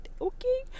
okay